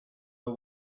the